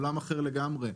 עולם אחר לגמרי,